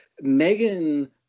Megan